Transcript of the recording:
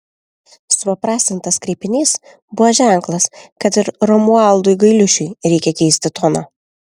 supaprastintas kreipinys buvo ženklas kad ir romualdui gailiušiui reikia keisti toną